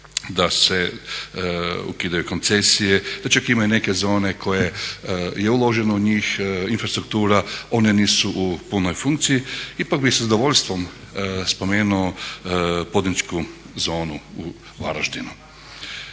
da se ukidaju koncesije, da čak imaju neke zone koje je uloženo u njih, infrastruktura. One nisu u punoj funkciji. Ipak bih sa zadovoljstvom spomenuo poduzetničku zonu u Varaždinu.